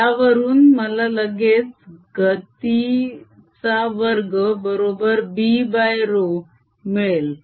यावरून मला लगेच गती चा वर्ग बरोबर Bρ मिळेल